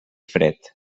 fred